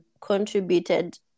contributed